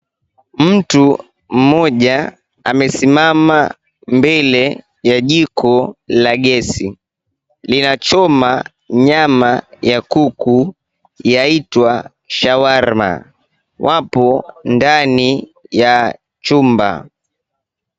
Mtu mmoja amesimama mbele ya jiko la gesi. Linachoma nyama ya kuku yaitwa shawarma. Wapo ndani ya chumba.